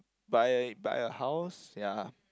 buy buy a house ya